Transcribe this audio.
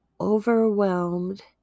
overwhelmed